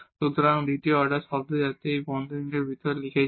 সুতরাং দ্বিতীয় অর্ডার শব্দ যাতে আমরা এই বন্ধনীগুলির ভিতরেও লিখেছি